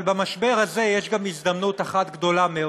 אבל במשבר הזה יש גם הזדמנות אחת גדולה מאוד,